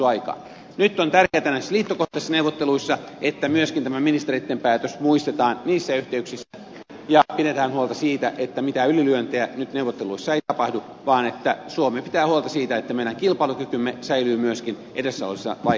nyt on tärkeätä näissä liittokohtaisissa neuvotteluissa että myöskin tämä ministereitten päätös muistetaan niissä yhteyksissä ja pidetään huolta siitä että mitään ylilyöntejä nyt neuvotteluissa ei tapahdu vaan että suomi pitää huolta siitä että meidän kilpailukykymme säilyy myöskin edessä olevina vaikeina aikoina